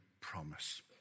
promise